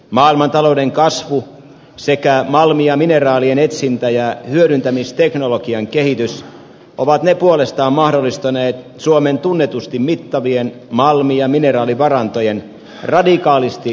maailmantalouden kasvu sekä malmien ja mineraalien etsintä ja hyödyntämisteknologian kehitys ovat puolestaan mahdollistaneet suomen tunnetusti mittavien malmi ja mineraalivarantojen radikaalisti lisääntyvän hyödyntämisen